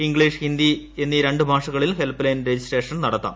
English Hindi എന്നീ രണ്ട് ഭാഷകളിൽ ഹെൽപ് ലൈൻ രജിസ്ട്രേഷൻ നടത്താം